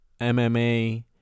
mma